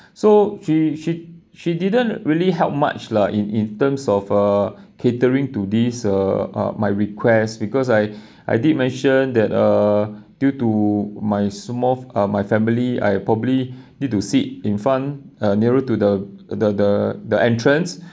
so she she she didn't really help much lah in in terms of uh catering to these uh my request because I I did mention that uh due to my small uh my family I probably need to sit in front uh nearer to the the the the entrance